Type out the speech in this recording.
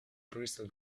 crystal